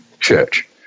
church